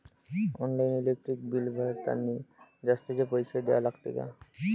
Online electric bill भरतानी जास्तचे पैसे द्या लागते का?